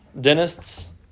dentists